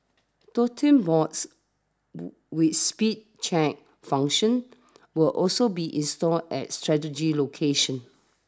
totem boards with speed check functions will also be installed at strategic locations